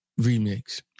Remix